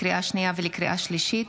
לקריאה שנייה ולקריאה שלישית,